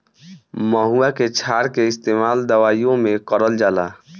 महुवा के क्षार के इस्तेमाल दवाईओ मे करल जाला